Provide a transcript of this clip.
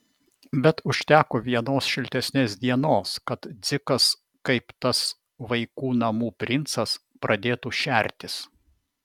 bet užteko vienos šiltesnės dienos kad dzikas kaip tas vaikų namų princas pradėtų šertis